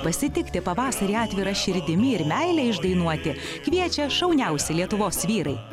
pasitikti pavasarį atvira širdimi ir meilę išdainuoti kviečia šauniausi lietuvos vyrai